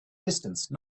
distance